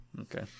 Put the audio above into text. Okay